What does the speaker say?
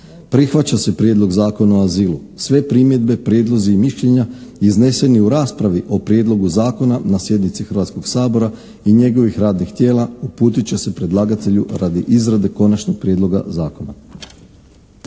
prihvaća se Prijedlog zakona o azilu. Sve primjedbe, prijedlozi i mišljenja izneseni u raspravi o Prijedlogu zakona na sjednici Hrvatskog sabora i njegovih radnih tijela uputit će se predlagatelju radi izrade Konačnog prijedloga zakona.